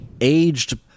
aged